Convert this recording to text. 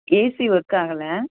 AC work ஆகலை